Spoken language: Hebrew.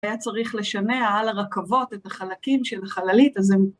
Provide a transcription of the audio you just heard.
היה צריך לשנע על הרכבות את החלקים של החללית, אז הם...